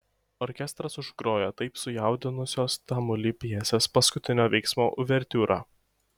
orkestras užgrojo taip sujaudinusios tamulį pjesės paskutinio veiksmo uvertiūrą